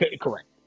Correct